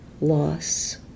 loss